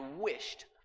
wished